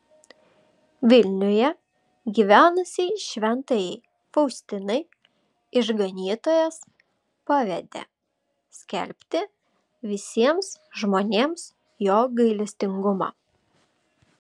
vilniuje gyvenusiai šventajai faustinai išganytojas pavedė skelbti visiems žmonėms jo gailestingumą